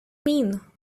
mean